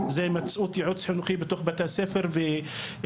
זה המצאות ייעוץ חינוכי בתוך בתי הספר ולקדם